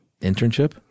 Internship